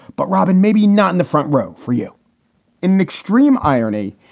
but robin, maybe not in the front row for you. in an extreme irony,